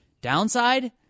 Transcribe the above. Downside